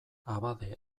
abade